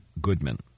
Goodman